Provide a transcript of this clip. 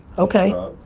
okay,